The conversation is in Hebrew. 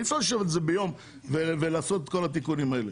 אי אפשר לשבת על זה ביום אחד ולעשות את כל התיקונים האלה.